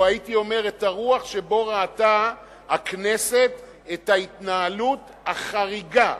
או הייתי אומר: את הרוח שבו ראתה הכנסת את ההתנהלות החריגה,